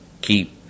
keep